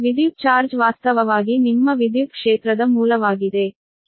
ವಿದ್ಯುತ್ ಚಾರ್ಜ್ ವಾಸ್ತವವಾಗಿ ನಿಮ್ಮ ವಿದ್ಯುತ್ ಕ್ಷೇತ್ರದ ಮೂಲವಾಗಿದೆ